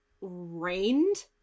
rained